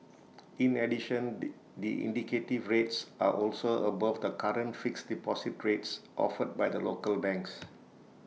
in addition the indicative rates are also above the current fixed deposit rates offered by the local banks